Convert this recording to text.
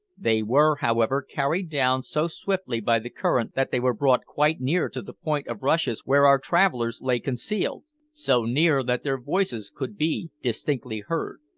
they were, however, carried down so swiftly by the current that they were brought quite near to the point of rushes where our travellers lay concealed so near that their voices could be distinctly heard.